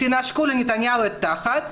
תנשקו לנתניהו את התחת.